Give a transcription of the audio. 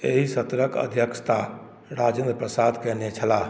एहि सत्रक अध्यक्षता राजेन्द्र प्रसाद कयने छलाह